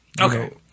Okay